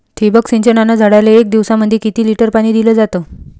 ठिबक सिंचनानं झाडाले एक दिवसामंदी किती लिटर पाणी दिलं जातं?